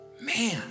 Man